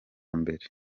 mbere